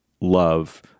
love